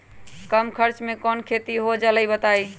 कम खर्च म कौन खेती हो जलई बताई?